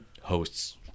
hosts